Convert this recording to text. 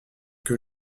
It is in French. que